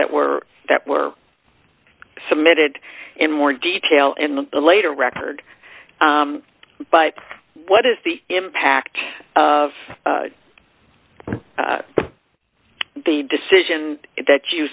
that were that were submitted in more detail in the later record but what is the impact of the decision that you